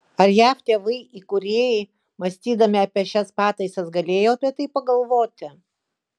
ar jav tėvai įkūrėjai mąstydami apie šias pataisas galėjo apie tai pagalvoti